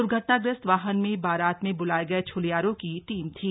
द्र्घटनाग्रस्त वाहन में बारात में बुलाए गए छोलियारों की टीम थी